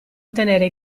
ottenere